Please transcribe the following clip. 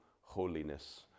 holiness